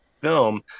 film